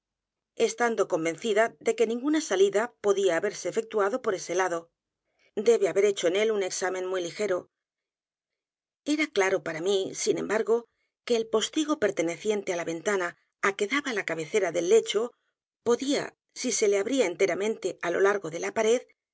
estando convencida de que ninguna salida podía haberse efectuado por ese lado debe haber hecho en él un examen muy ligero era claro p a r a mí sin embargo que el postigo perteneciente á la ventana á que daba la cabecera del lecho podía si s e le abría enteramente á lo largo de la pared